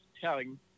telling